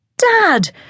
Dad